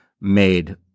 made